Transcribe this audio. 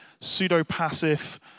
pseudo-passive